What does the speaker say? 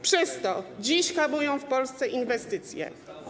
Przez to dziś hamują w Polsce inwestycje.